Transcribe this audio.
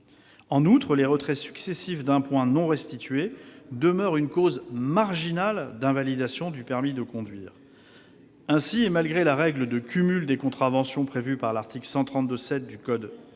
En outre, les retraits successifs d'un point non restitué demeurent une cause marginale d'invalidation du permis de conduire. Ainsi, malgré la règle de cumul des contraventions prévue par l'article 132-7 du code pénal,